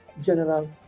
general